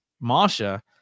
masha